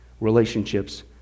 relationships